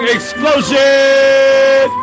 Explosion